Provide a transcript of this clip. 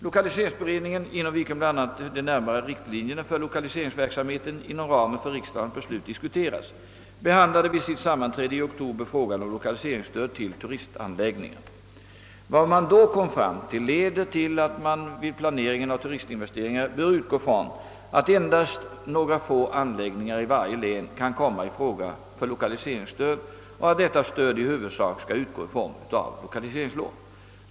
Lokaliseringsberedningen, inom vilken bl.a. de närmare riktlinjerna för lokaliseringsverksamheten inom ramen för riksdagens beslut diskuteras, behandlade vid sitt sammanträde i oktober frågan om lokaliseringsstöd till turistanläggningar. Vad man då kom fram till leder till att man vid planeringen av turistinvesteringar bör utgå från att endast några få anläggningar i varje län kan komma i fråga för lokaliseringsstöd och att detta stöd i huvudsak skall utgå i form av lokaliseringslån.